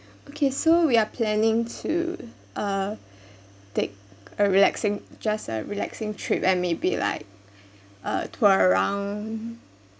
okay so we are planning to uh take a relaxing just a relaxing trip and maybe like uh tour around